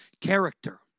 character